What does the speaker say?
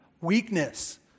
Weakness